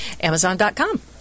Amazon.com